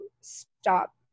stop